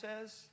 says